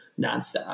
nonstop